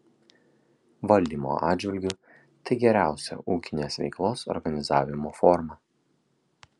valdymo atžvilgiu tai geriausia ūkinės veiklos organizavimo forma